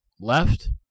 left